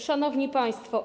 Szanowni Państwo!